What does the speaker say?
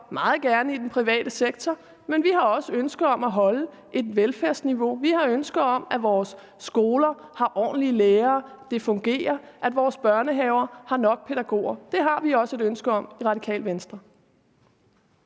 vi har også et ønske om at holde et velfærdsniveau, vi har et ønske om, at vores skoler har ordentlige lærere og det fungerer, at vores børnehaver har nok pædagoger. Det har vi også et ønske om i Det Radikale Venstre.